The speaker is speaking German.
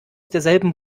derselben